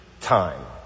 time